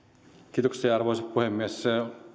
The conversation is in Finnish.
arvoisa puhemies